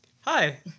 Hi